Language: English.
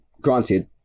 granted